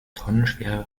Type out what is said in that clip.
tonnenschwere